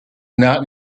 not